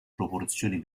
proporzioni